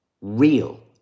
real